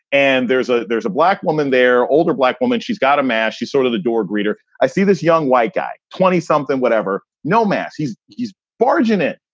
and there's a there's a black woman there, older black woman. she's got a match. she's sort of the door greeter. i see this young white guy, twenty something, whatever, noma's, he's he's barging it.